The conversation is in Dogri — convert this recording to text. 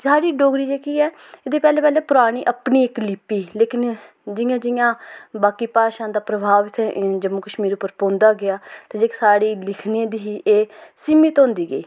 साढ़ी डोगरी जेह्की ऐ एह्दे पैह्ले पैह्ले परानी अपनी इक लिपि ही लेकिन जियां जियां बाकी भाशा दा प्रभाव इत्थै जम्मू कश्मीर पर पौंदा गेआ ते जेह्की साढ़ी लिखने दी ही एह् सीमित होंदी गेई